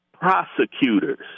prosecutors